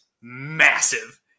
massive